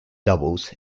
doubles